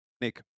Nick